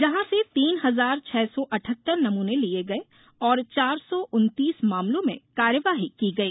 जहा से तीन हजार छह सौ अठहत्तर नमूने लिये गये और चार सौ उन्तीस मामलों में कार्यवाही की गई